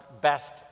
best